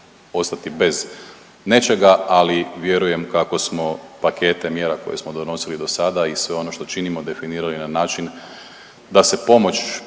ostati bez nečega, ali vjerujem kako smo pakete mjera koje smo donosili do sada i sve ono što činimo, definirali na način da se pomoć